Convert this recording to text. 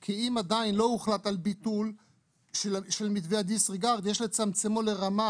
כי אם עדיין לא הוחלט על ביטול של מתווה הדיס ריגרד יש לצמצמו לרמה